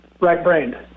right-brained